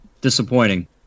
disappointing